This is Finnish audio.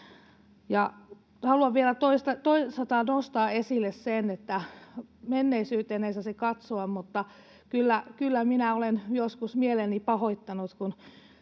Haluan vielä toisaalta nostaa esille sen, että menneisyyteen ei saisi katsoa, mutta kyllä minä olen joskus mieleni pahoittanut,